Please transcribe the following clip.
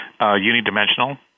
unidimensional